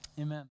amen